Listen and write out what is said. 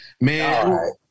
Man